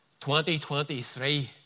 2023